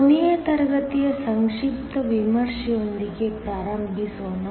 ಕೊನೆಯ ತರಗತಿಯ ಸಂಕ್ಷಿಪ್ತ ವಿಮರ್ಶೆಯೊಂದಿಗೆ ಪ್ರಾರಂಭಿಸೋಣ